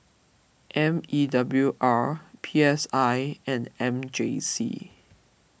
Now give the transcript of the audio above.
M E W R P S I and M J C